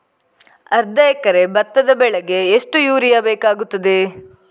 ಅರ್ಧ ಎಕರೆ ಭತ್ತ ಬೆಳೆಗೆ ಎಷ್ಟು ಯೂರಿಯಾ ಬೇಕಾಗುತ್ತದೆ?